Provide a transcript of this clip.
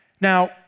Now